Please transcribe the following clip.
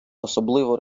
особливо